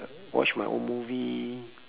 watch my own movie